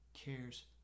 Cares